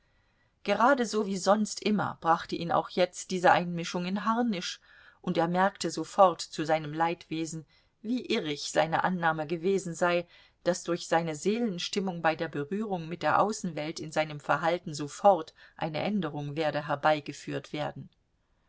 geradeso wie sonst immer brachte ihn auch jetzt diese einmischung in harnisch und er merkte sofort zu seinem leidwesen wie irrig seine annahme gewesen sei daß durch seine seelenstimmung bei der berührung mit der außenwelt in seinem verhalten sofort eine änderung werde herbeigeführt werden